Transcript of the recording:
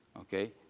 Okay